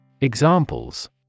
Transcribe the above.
Examples